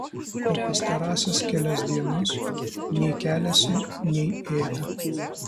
o pastarąsias kelias dienas nei keliasi nei ėda